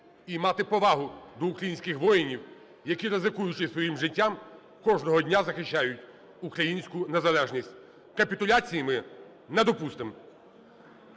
і мати повагу до українських воїнів, які, ризикуючи своїм життям, кожного дня захищають українську незалежність. Капітуляції ми не допустимо!